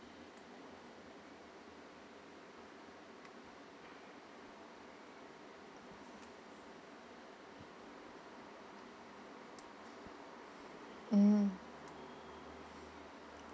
mm